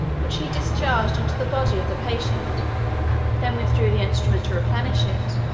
which he discharged into the body of the patient then withdrew the instrument to replenish it,